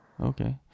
okay